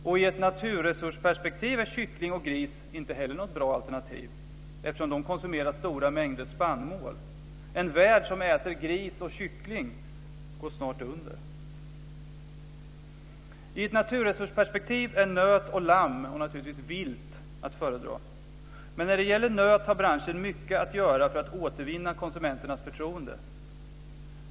I ett naturresursperspektiv är kyckling och gris inte heller något bra alternativ eftersom de konsumerar stora mängder spannmål. En värld som äter gris och kyckling går snart under. I ett naturresursperspektiv är nöt och lamm, och naturligtvis vilt, att föredra. Men när det gäller nöt har branschen mycket att göra för att återvinna konsumenternas förtroende.